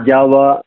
Java